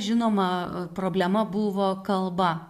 žinoma problema buvo kalba